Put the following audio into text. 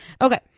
Okay